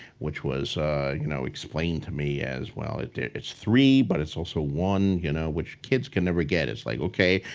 which was you know explained to me as it's it's three but it's also one, you know which kids can never get. it's like, ok,